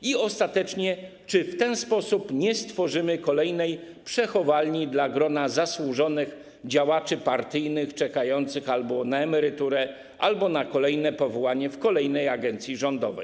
I czy ostatecznie w ten sposób nie stworzymy kolejnej przechowalni dla grona zasłużonych działaczy partyjnych czekających albo na emeryturę, albo na kolejne powołanie w kolejnej agencji rządowej?